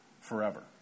forever